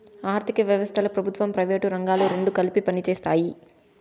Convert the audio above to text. ఆర్ధిక వ్యవస్థలో ప్రభుత్వం ప్రైవేటు రంగాలు రెండు కలిపి పనిచేస్తాయి